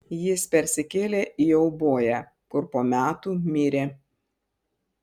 jis persikėlė į euboją kur po metų mirė